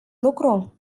lucru